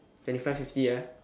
twenty five fifty ah